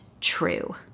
true